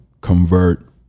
convert